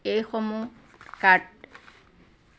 এইসমূহ কাৰ্ড